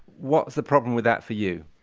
what's the problem with that for you?